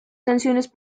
canciones